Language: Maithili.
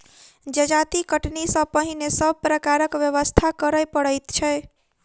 जजाति कटनी सॅ पहिने सभ प्रकारक व्यवस्था करय पड़ैत छै